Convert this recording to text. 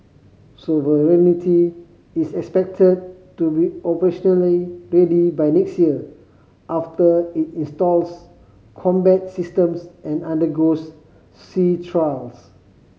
sovereignty is expected to be operationally ready by next year after it installs combat systems and undergoes sea trials